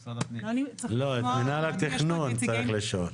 את מינהל התכנון צריך לשאול.